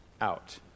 out